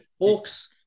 Hawks